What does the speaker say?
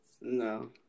No